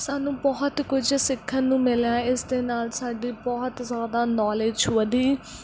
ਸਾਨੂੰ ਬਹੁਤ ਕੁਝ ਸਿੱਖਣ ਨੂੰ ਮਿਲਿਆ ਇਸ ਦੇ ਨਾਲ ਸਾਡੀ ਬਹੁਤ ਜ਼ਿਆਦਾ ਨੌਲੇਜ ਵਧੀ